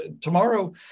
Tomorrow